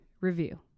Review